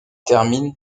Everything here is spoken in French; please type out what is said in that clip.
termine